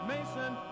Mason